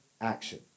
action